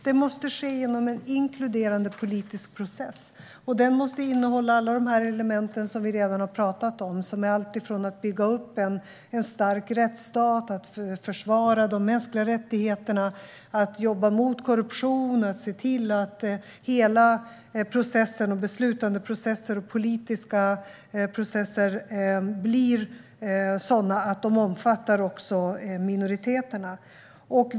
Det måste ske genom en inkluderande politisk process, och den måste innehålla alla de element som vi redan har talat om - alltifrån att bygga upp en stark rättsstat, att försvara de mänskliga rättigheterna och att jobba mot korruption till att se till att hela processen, beslutandeprocesser och politiska processer, blir sådan att den också omfattar minoriteterna.